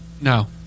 No